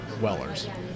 Wellers